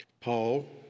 Paul